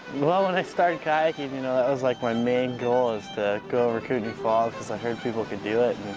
when i started kayaking you know that was like my main goal is to go over kootenai falls, because i heard people could do it.